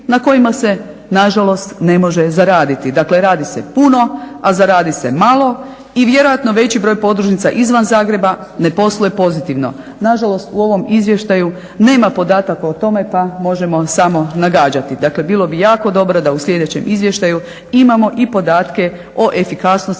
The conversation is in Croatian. na kojima se na žalost ne može zaraditi. Dakle, radi se puno, a zaradi se malo i vjerojatno veći broj podružnica izvan Zagreba ne posluje pozitivno. Na žalost u ovom izvještaju nema podataka o tome, pa možemo samo nagađati. Dakle, bilo bi jako dobro da u sljedećem izvještaju imamo i podatke o efikasnosti